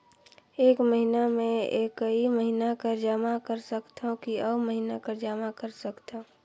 एक महीना मे एकई महीना कर जमा कर सकथव कि अउ महीना कर जमा कर सकथव?